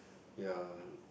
ya